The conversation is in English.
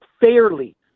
fairly